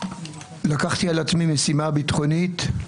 לקחתי על עצמי משימה ביטחונית,